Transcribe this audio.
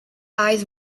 eyes